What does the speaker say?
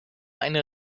eine